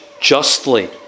justly